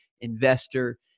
investor